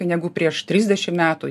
negu prieš trisdešim metų